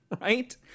right